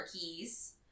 keys